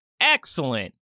excellent